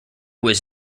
was